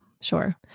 sure